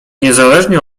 niezależnie